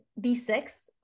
B6